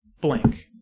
blank